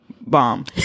Bomb